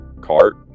cart